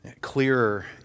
clearer